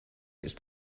ist